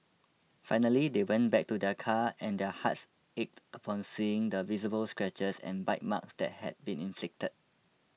finally they went back to their car and their hearts ached upon seeing the visible scratches and bite marks that had been inflicted